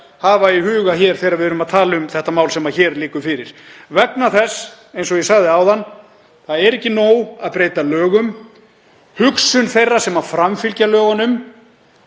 hafa í huga hér þegar við erum að tala um það mál sem liggur fyrir vegna þess, eins og ég sagði áðan, að það er ekki nóg að breyta lögum, hugsun þeirra sem framfylgja lögunum,